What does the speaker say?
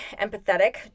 empathetic